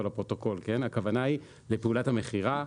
לפרוטוקול הכוונה היא לפעולת המכירה,